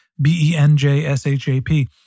B-E-N-J-S-H-A-P